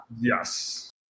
yes